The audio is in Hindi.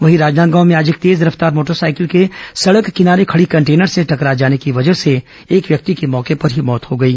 वहीं राजनांदगांव में आज एक तेज रफ्तार मोटरसाइकिल के सड़क किनारे खड़ी कंटेनर से टकरा जाने की वजह से एक व्यक्ति की मौके पर ही मौत हो गई